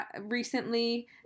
recently